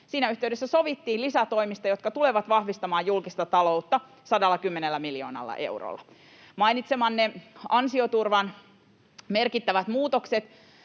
konstikas, sovittiin lisätoimista, jotka tulevat vahvistamaan julkista taloutta 110 miljoonalla eurolla. Mainitsemanne ansioturvan merkittävät muutokset